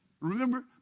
Remember